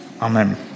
Amen